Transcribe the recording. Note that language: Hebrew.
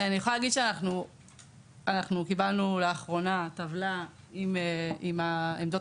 אני יכולה להגיד שאנחנו קיבלנו לאחרונה טבלה עם העמדות